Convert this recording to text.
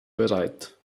bereit